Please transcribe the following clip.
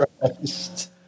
Christ